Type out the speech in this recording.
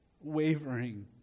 wavering